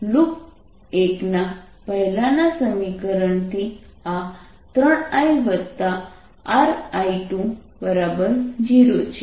અને લૂપ 1 ના પહેલાનાં સમીકરણથી આ 3IRI20 છે